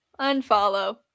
unfollow